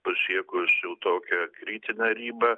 pasiekusi tokią kritinę ribą